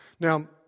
Now